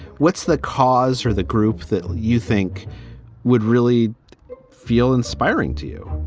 what's the cause for the group that you think would really feel inspiring to you?